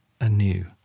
anew